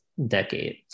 decade